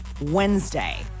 Wednesday